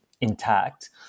intact